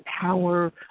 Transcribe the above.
power